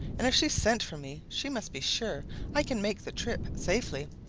and if she sent for me she must be sure i can make the trip safely.